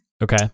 Okay